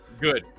Good